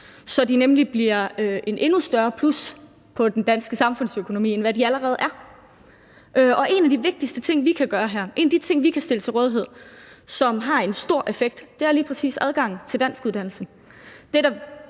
så de nemlig bliver et endnu større plus for den danske samfundsøkonomi, end de allerede er. En af de vigtigste ting, vi kan gøre her; en af de ting, vi kan stille til rådighed, som har en stor effekt, er lige præcis adgangen til danskuddannelsen.